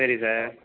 சரி சார்